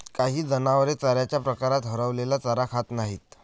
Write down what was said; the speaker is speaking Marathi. काही जनावरे चाऱ्याच्या प्रकारात हरवलेला चारा खात नाहीत